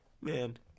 Man